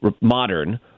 modern